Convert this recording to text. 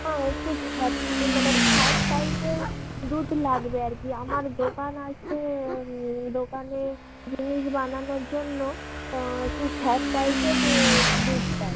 না একটু ফ্যাট মানে ফ্যাট টাইপের দুধ লাগবে আর কি আমার দোকান আছে দোকানে জিনিস বানানোর জন্য একটু ফ্যাট টাইপের দুধ চাই